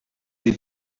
they